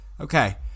Okay